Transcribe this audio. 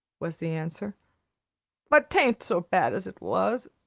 was the answer but tain't so bad as it was.